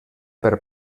per